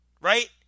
right